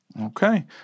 Okay